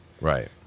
Right